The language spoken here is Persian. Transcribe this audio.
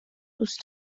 دوست